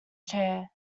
chair